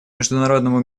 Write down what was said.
международному